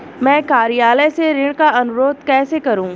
मैं कार्यालय से ऋण का अनुरोध कैसे करूँ?